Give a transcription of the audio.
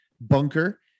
bunker